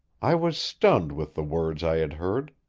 i was stunned with the words i had heard.